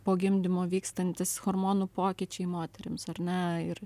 po gimdymo vykstantys hormonų pokyčiai moterims ar ne ir